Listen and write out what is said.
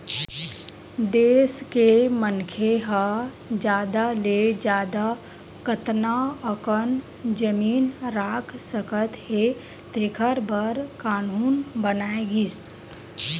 देस के मनखे ह जादा ले जादा कतना अकन जमीन राख सकत हे तेखर बर कान्हून बनाए गिस